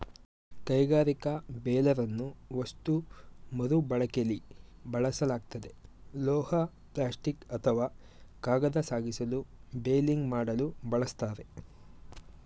ಕೈಗಾರಿಕಾ ಬೇಲರನ್ನು ವಸ್ತು ಮರುಬಳಕೆಲಿ ಬಳಸಲಾಗ್ತದೆ ಲೋಹ ಪ್ಲಾಸ್ಟಿಕ್ ಅಥವಾ ಕಾಗದ ಸಾಗಿಸಲು ಬೇಲಿಂಗ್ ಮಾಡಲು ಬಳಸ್ತಾರೆ